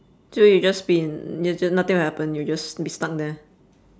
so you'll just be in you ju~ nothing will happen you'll just be stuck there